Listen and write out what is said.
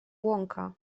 błąka